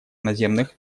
наземных